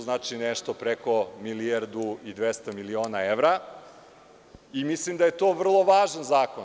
Znači, nešto preko milijardu i 200 miliona evra i mislim da je to vrlo važan zakon.